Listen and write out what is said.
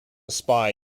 spy